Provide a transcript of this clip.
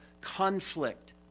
conflict